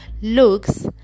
looks